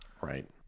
Right